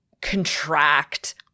contract